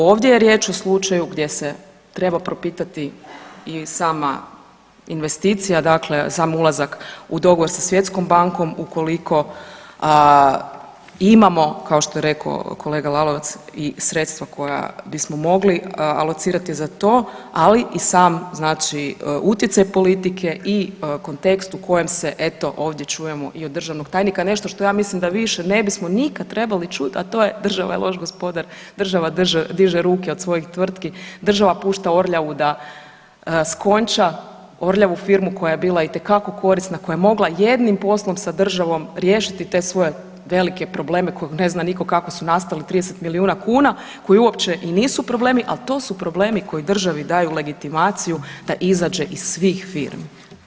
Ovdje je riječ o slučaju gdje se treba propitati i sama investicija, dakle sam ulazak u dogovor sa Svjetskom bankom ukoliko imamo, kao što je rekao kolega Lalovac i sredstva koja bismo mogli alocirati za to, ali i sam znači utjecaj politike i kontekst u kojem se eto, ovdje čujemo i od državnog tajnika, nešto što ja mislim da više ne bismo nikad trebali čuti, a to je, država je loš gospodar, država diže ruke od svojih tvrtka, država pušta Orljavu da skonča, Orljavu, firma koja je bila itekako korisna, koja je mogla jednim poslom sa državom riješiti te svoje velike probleme koje ne zna nitko kako su nastali, 30 milijuna kuna, koji uopće i nisu problemi, ali to su problemi koji državi daju legitimaciju da izađe iz svih firmi.